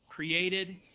Created